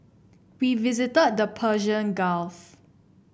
we visited the Persian Gulf